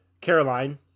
Caroline